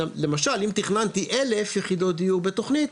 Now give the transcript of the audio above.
למשל אם תכננתי 1000 יחידות דיור בתוכנית,